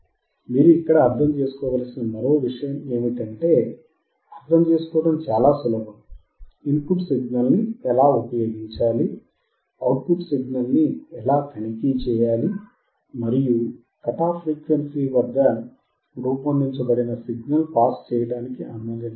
మీరు ఇక్కడ అర్థం చేసుకోవలసిన మరో విషయం ఏమిటంటే అర్థం చేసుకోవడం చాలా సులభం ఇన్ పుట్ సిగ్నల్ ని ఎలా ఉపయోగించాలి అవుట్ పుట్ సిగ్నల్ ని ఎలా తనిఖీ చేయాలి మరియు కట్ ఆఫ్ ఫ్రీక్వెన్సీ వద్ద రూపొందించబడిన సిగ్నల్ పాస్ చేయడానికి అనుమతించబడదు